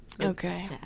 okay